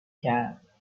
کرد